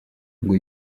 ngo